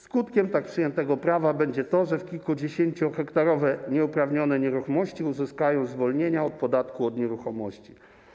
Skutkiem tak przyjętego prawa będzie to, że kilkudziesięciohektarowe nieuprawnione nieruchomości uzyskają zwolnienia od podatku od nieruchomości.